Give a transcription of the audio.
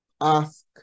ask